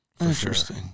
Interesting